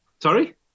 Sorry